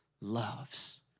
loves